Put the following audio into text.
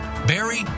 barry